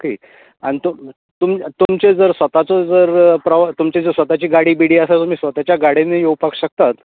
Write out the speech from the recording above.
आनी तुम् तुमचें जर स्वताचें जर तुमची जर स्वताची गाडी बिडी आसा तुमी स्वताच्या गाडयेनूय येवपाक शकतात